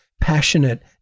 passionate